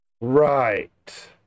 Right